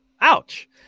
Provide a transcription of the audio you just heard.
ouch